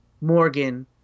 Morgan